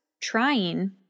trying